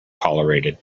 tolerated